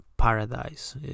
Paradise